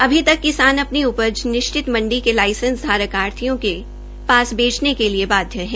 अभी तक किसान अपनी उपज निश्चित मण्डी के लाइसेंस धारक आढतियों को बेचने के लिए बाध्य हैं